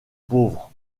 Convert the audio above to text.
pauvres